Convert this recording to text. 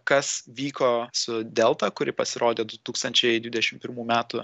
kas vyko su delta kuri pasirodė du tūkstančiai dvidešim pirmų metų